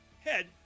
head